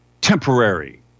temporary